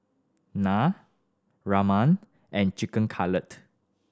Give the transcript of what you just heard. Naan Ramen and Chicken Cutlet